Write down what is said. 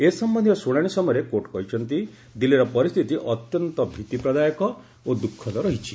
ଏ ସମ୍ଭନ୍ଧୀୟ ଶୁଣାଣି ସମୟରେ କୋର୍ଟ୍ କହିଛନ୍ତି ଦିଲ୍ଲୀର ପରିସ୍ଥିତି ଅତ୍ୟନ୍ତ ଭିଭିପ୍ରଦାୟକ ଓ ଦୁଃଖଦ ରହିଛି